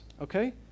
okay